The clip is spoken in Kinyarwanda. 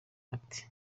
ati